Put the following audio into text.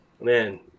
Man